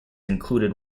included